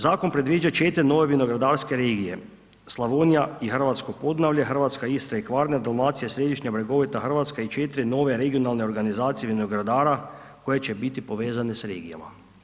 Zakon predviđa četiri nove vinogradarske regije, Slavonija i Hrvatsko Podunavlje, Hrvatska Istra i Kvarner, Dalmacija i Središnja bregovita Hrvatska, i četiri nove regionalne organizacije vinogradara koje će biti povezane sa regijama.